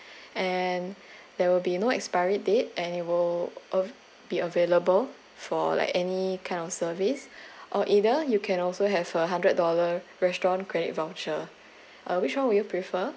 and there will be no expiry date and it will be available for like any kind of service or either you can also have a hundred dollar restaurant credit voucher uh which one would you prefer